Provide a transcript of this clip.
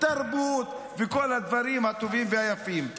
תרבות וכל הדברים הטובים והיפים.